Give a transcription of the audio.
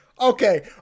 Okay